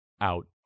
out